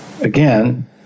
again